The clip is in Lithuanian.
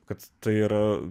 kad tai yra